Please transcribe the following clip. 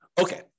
Okay